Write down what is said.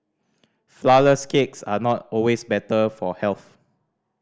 flourless cakes are not always better for health